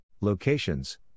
locations